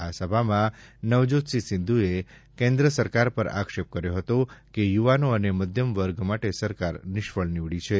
આ સભામાં નવજોત સિંધુએ કેન્દ્ર સરકાર પર આક્ષેપ કર્યો હતો કે યુવાનો અને મધ્યમવર્ગ માટે સરકાર નિષ્ફળ નિવડી છે